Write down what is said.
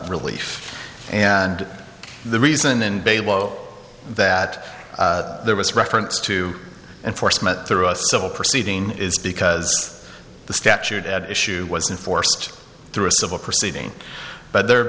relief and the reason in that there was reference to enforcement through a civil proceeding is because the statute at issue wasn't forced through a civil proceeding but there have